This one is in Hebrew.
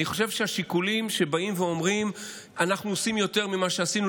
אני חושב שהשיקולים שבאים ואומרים: אנחנו עושים יותר ממה שעשינו,